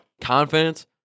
confidence